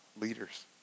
leaders